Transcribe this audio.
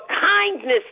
kindness